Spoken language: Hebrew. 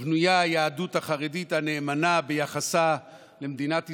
בנויה היהדות החרדית הנאמנה ביחסה למדינת ישראל,